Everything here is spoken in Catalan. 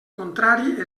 contrari